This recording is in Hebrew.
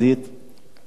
ומתכנן המחוז.